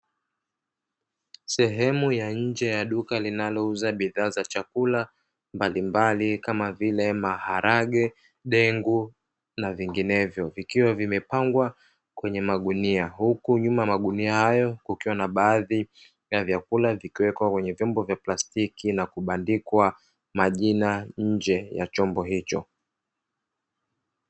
Sehemu ya nje ya duka linalouza bidhaa za chakula mbalimbali, kama vile maharage, dengu na vinginevyo, vikiwa vimepangwa kwenye magunia, huku nyuma ya magunia hayo kukiwa na baadhi ya vyakula vikiwekwa kwenye vyombo vya plastiki na kubandikwa majina nje ya chombo hicho.